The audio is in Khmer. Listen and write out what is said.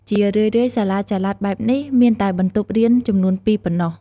ជារឿយៗ សាលាចល័តបែបនេះមានតែបន្ទប់រៀនចំនួន ២ ប៉ុណ្ណោះ។